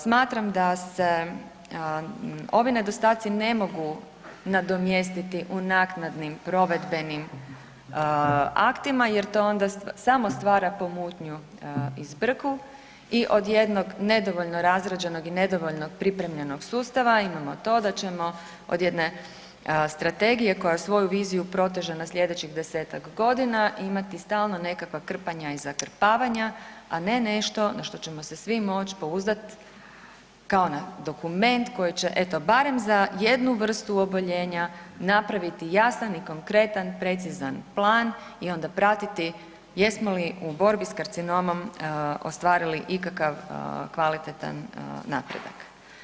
Smatram da se ovi nedostaci ne mogu nadomjestiti u naknadnim provedbenim aktima jer to onda samo stvara pomutnju i zbrku i od jednog nedovoljno razgrađenog i nedovoljno pripremljenog sustava imamo to da ćemo od jedne strategije koja svoju viziju protežu na sljedećih desetak godina imati stalno nekakva krpanja i zakrpavanja, a ne nešto na što ćemo se svi moći pouzdati kao na dokument koji će eto barem za jednu vrstu oboljenja napraviti jasan i konkretan precizan plan i onda pratiti jesmo li u borbi sa karcinomom ostvarili ikakav kvalitetan napredak.